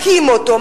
מכים אותו,